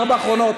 ארבע האחרונות.